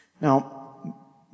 Now